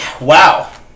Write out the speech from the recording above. wow